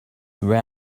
where